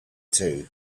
too